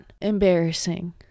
embarrassing